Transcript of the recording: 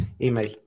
email